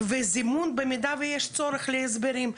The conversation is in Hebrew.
וזימון במידה ויש צורך להסברים.